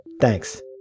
Thanks